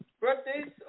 Birthdays